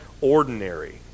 ordinary